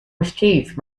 mischief